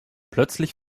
plötzlich